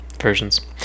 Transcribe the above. versions